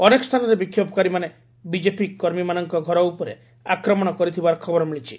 ଅନେକ ସ୍ଥାନରେ ବିକ୍ଷୋଭକାରୀମାନେ ବିଜେପି କର୍ମମାନଙ୍କ ଘର ଉପରେ ଆକ୍ରମଣ କରିଥିବାର ଖବର ମିଳିଛି